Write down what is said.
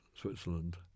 Switzerland